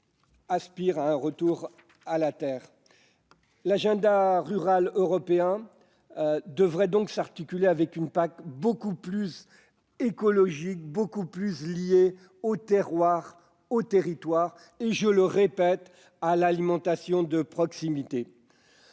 aspirent à un « retour à la terre ». L'agenda rural européen devrait donc s'articuler avec une PAC beaucoup plus écologique et favorable aux terroirs, aux territoires et, je le répète, à l'alimentation de proximité.